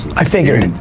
i figured.